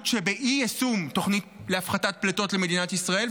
שבאי-יישום תוכנית להפחתת פליטות למדינת ישראל,